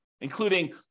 including